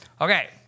Okay